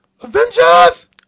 Avengers